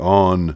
on